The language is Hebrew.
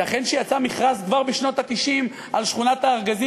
הייתכן שיצא מכרז כבר בשנות ה-90 על שכונת-הארגזים,